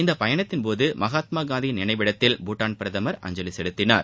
இந்த பயனத்தின் போது மகாத்மா காந்தியின் நினைவிடத்தில் பூடான் பிரதமர் அஞ்சலி செலுத்தினார்